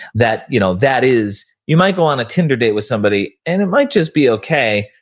that, you know, that is, you might go on a tinder date with somebody and it might just be okay,